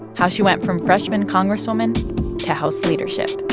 how she went from freshman congresswoman to house leadership